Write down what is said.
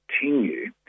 continue